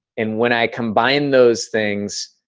and when i combine those things,